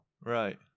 Right